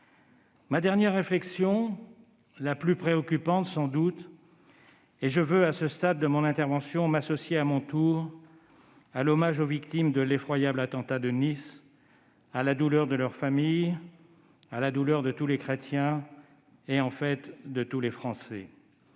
Ma dernière réflexion est sans doute la plus préoccupante. Je veux, à ce stade de mon intervention, m'associer à mon tour à l'hommage aux victimes de l'effroyable attentat de Nice, à la douleur de leurs familles et de tous les chrétiens et, en fait, de tous les Français.